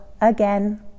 again